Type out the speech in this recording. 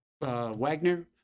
Wagner